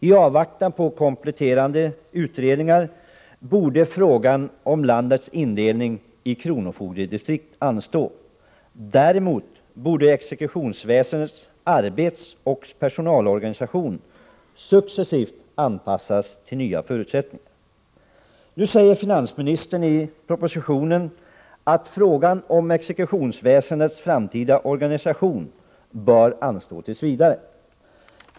I avvaktan på kompletterande utredningar borde frågan om landets indelning i kronofogdedistrikt anstå, däremot borde exekutionsväsendets arbetsoch personalorganisation successivt anpassas till nya förutsättningar. Nu säger finansministern i propositionen att frågan om exekutionsväsendets framtida organisation bör anstå tills vidare.